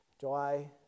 July